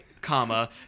comma